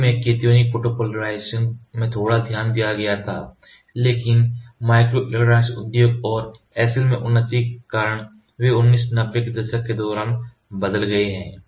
शुरू में Cationic photopolymerization पर थोड़ा ध्यान दिया गया था लेकिन माइक्रोइलेक्ट्रॉनिक उद्योग और SL में उन्नति के कारण वे 1990 के दशक के दौरान बदल गए हैं